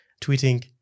tweeting